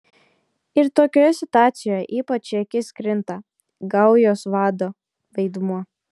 ir tokioje situacijoje ypač į akis krinta gaujos vado vaidmuo